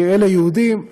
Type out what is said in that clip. כי אלה יהודים,